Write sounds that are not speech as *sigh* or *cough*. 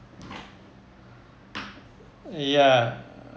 *noise* ya